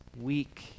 week